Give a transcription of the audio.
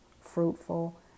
fruitful